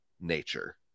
nature